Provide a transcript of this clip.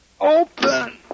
Open